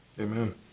Amen